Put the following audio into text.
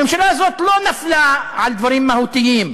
הממשלה הזאת לא נפלה על דברים מהותיים.